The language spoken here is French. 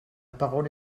parole